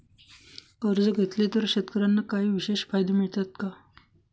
कर्ज घेतले तर शेतकऱ्यांना काही विशेष फायदे मिळतात का?